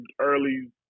early